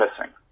missing